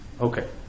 Okay